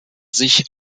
sich